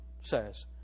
says